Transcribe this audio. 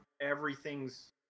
everything's